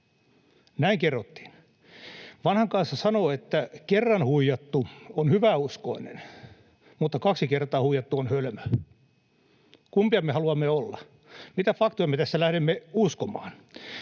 näin kerrottiin. Vanha kansa sanoo, että kerran huijattu on hyväuskoinen mutta kaksi kertaa huijattu on hölmö. Kumpia me haluamme olla? Mitä faktoja me tässä lähdemme uskomaan?